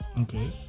Okay